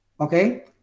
okay